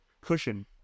cushion